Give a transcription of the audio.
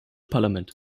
parlament